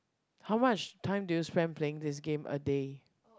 how much time do you spend playing this game a day